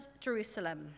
Jerusalem